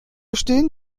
steen